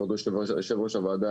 כבוד יושב-ראש הוועדה,